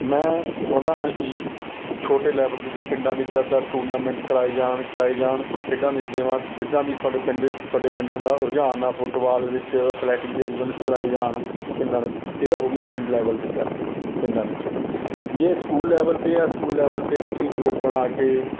ਮੈਂ ਚਾਹੁੰਦਾ ਹਾਂ ਕਿ ਛੋਟੇ ਲੈਵਲ ਦੇ ਜੇ ਪਿੰਡਾਂ ਵਿੱਚ ਆ ਤਾਂ ਟੂਰਨਾਮੈਂਟ ਕਰਵਾਏ ਜਾਣ ਕਰਵਾਏ ਜਾਣ ਖੇਡਾਂ ਦੀ ਜਿਵਾਂ ਜਿੱਦਾਂ ਵੀ ਤੁਹਾਡੇ ਪਿੰਡਾਂ 'ਚ ਤੁਹਾਡੇ ਪਿੰਡਾਂ ਦਾ ਰੁਝਾਨ ਆ ਫੁੱਟਬਾਲ ਵਿੱਚ ਐਥਲੈਟਿਕ ਦੇ ਈਵੈਂਟਸ ਕਰਵਾਏ ਜਾਣ ਪਿੰਡਾਂ ਦੇ ਇਹ ਤਾਂ ਹੋ ਗਈ ਪਿੰਡ ਲੈਵਲ ਦੀ ਗੱਲ ਪਿੰਡਾਂ ਵਿੱਚ ਜੇ ਸਕੂਲ ਲੈਵਲ 'ਤੇ ਆ ਸਕੂਲ ਲੈਵਲ 'ਤੇ ਤੁਸੀਂ ਗਰੁੱਪ ਬਣਾ ਕੇ